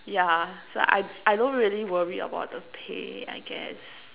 yeah so I I don't really worry about the pay I guess